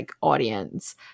audience